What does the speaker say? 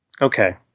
Okay